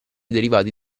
derivati